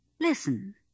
Listen